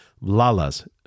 Lala's